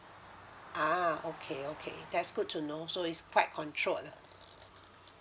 ah okay okay that's good to know so is quite controlled lah